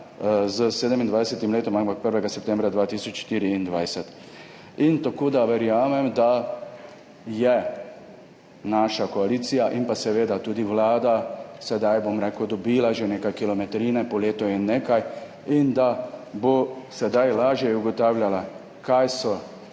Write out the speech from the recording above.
z letom 2027, ampak 1. septembra 2024. Tako da verjamem, da je naša koalicija in pa seveda tudi vlada sedaj dobila že nekaj kilometrine po letu in nekaj in da bo sedaj lažje ugotavljala, kaj so